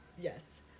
Yes